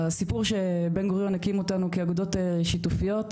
הסיפור שבן גוריון הקים אותנו כאגודות שיתופיות,